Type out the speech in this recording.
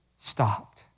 stopped